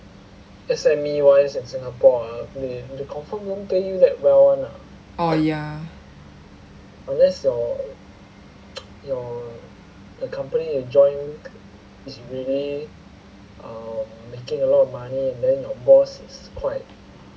oh ya